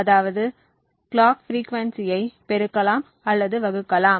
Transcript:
அதாவது கிளாக் பிரீகுயின்சியை பெருக்கலாம் அல்லது வகுக்கலாம்